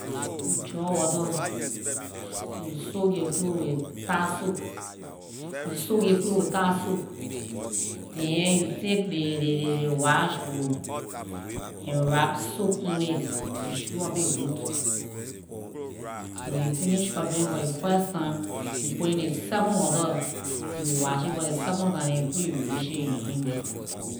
You draw water, you soak ley clothes with tie soap- you soak ley clothes with tie soap. Then, you take ley ley- ley wash board, and wrap soap on it. You scrub it good, when you finish scrubbing it for the first time, you put it in the second water. You wash it for the second time, then before you rinse it and hang it.